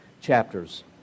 chapters